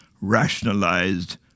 rationalized